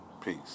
Peace